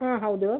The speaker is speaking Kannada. ಹಾಂ ಹೌದು